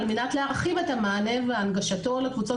על מנת להרחיב את המענה והנגשתו לקבוצות